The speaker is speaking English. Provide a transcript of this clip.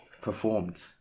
performed